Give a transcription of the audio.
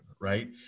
right